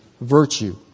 virtue